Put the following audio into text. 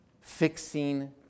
fixing